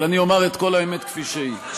אבל אני אומר את כל האמת כפי שהיא.